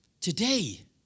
today